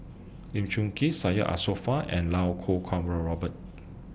Lee Choon Kee Syed Alsagoff and Lau Kuo Kwong Robert